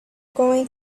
going